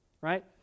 right